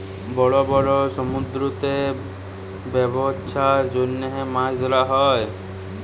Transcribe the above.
বড় বড় সমুদ্দুরেতে ব্যবছার জ্যনহে মাছ ধ্যরা হ্যয়